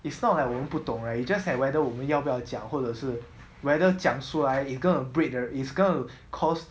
it's not like 我们不懂 right it's just that whether 我们要不要讲或者是 whether 讲出来 it's gonna break the it's gonna cause